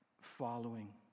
following